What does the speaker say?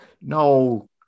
No